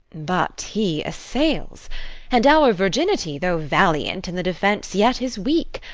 but he assails and our virginity, though valiant in the defence, yet is weak.